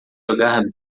jogar